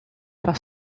par